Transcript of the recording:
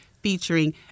featuring